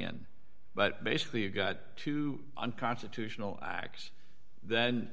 in but basically you've got to unconstitutional acts then